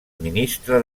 ministre